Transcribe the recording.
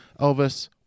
Elvis